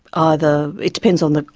either it depends on the,